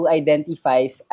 identifies